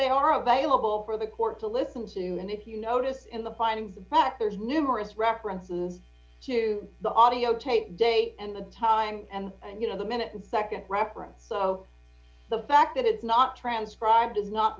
they are available for the court to listen to and if you notice in the findings of fact there's numerous references to the audiotape date and the time and and you know the minute and nd reference so the fact that it's not transcribed does